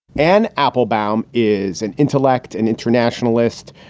anne applebaum is an intellect, an internationalist.